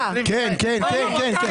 כן, אוקיי.